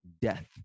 death